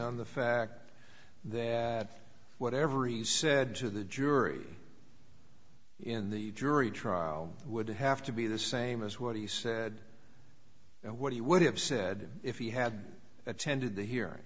on the fact that whatever he said to the jury in the jury trial would have to be the same as what he said what he would have said if he had attended the he